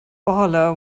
barlow